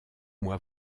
moi